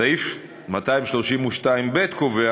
סעיף 232 (ב) קובע